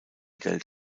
geld